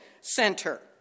center